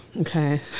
Okay